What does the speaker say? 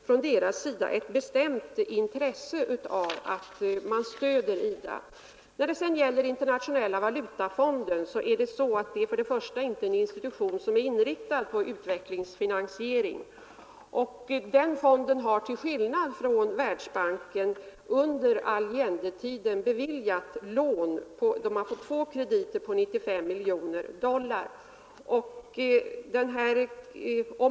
Från deras sida finns ett bestämt intresse av att vi stöder IDA. När det sedan gäller Internationella valutafonden vill jag först och främst säga att detta inte är en institution som är inriktad på utvecklingsfinansiering. Till skillnad från Världsbanken har denna fond beviljat lån till Chile under Allendetiden. Chile har under den tiden fått två krediter på 95 miljoner dollar.